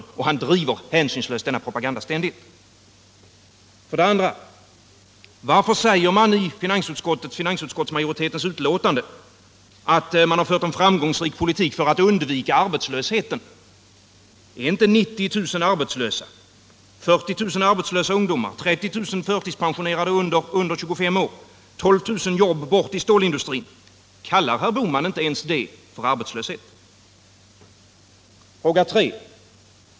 Herr Bohman driver ständigt och hänsynslöst denna propaganda. 2. Finansutskottets majoritet säger i sitt betänkande att det har förts en framgångsrik politik för att undvika arbetslösheten. 90 000 arbetslösa, 40 000 arbetslösa ungdomar, 30 000 förtidspensionerade under 25 år, 12 000 jobb borta i stålindustrin — kallar inte herr Bohman det för arbetslöshet? 3.